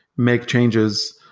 make changes,